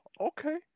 okay